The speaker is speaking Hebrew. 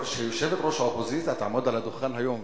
שיושבת-ראש האופוזיציה תעמוד על הדוכן היום,